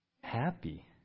Happy